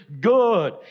good